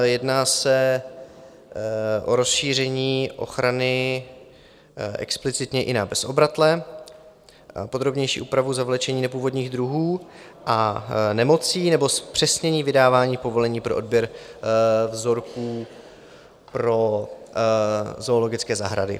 Jedná se o rozšíření ochrany explicitně i na bezobratlé, podrobnější úpravu zavlečení nepůvodních druhů a nemocí nebo zpřesnění vydávání povolení pro odběr vzorků pro zoologické zahrady.